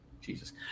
jesus